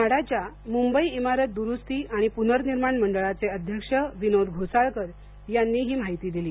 म्हाडाच्या मुंबई इमारत दुरुस्ती आणि पुनर्निर्माण मंडळाचे अध्यक्ष विनोद घोसाळकर यांनी हि माहिती दिली